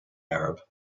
arab